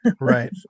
right